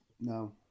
no